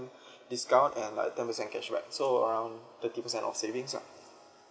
discount and like ten percent cashback so around thirty percent of savings lah